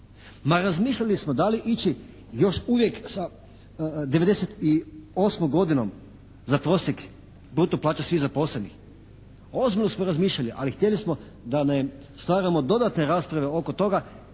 Ma razmišljali smo da li ići još uvijek sa 98. godinom za prosjek bruto plaće svih zaposlenih. Ozbiljno smo razmišljali, ali htjeli smo da ne stvaramo dodatne rasprave oko toga,